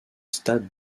stade